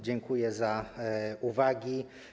Dziękuję za uwagi.